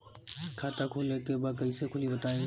खाता खोले के बा कईसे खुली बताई?